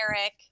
Eric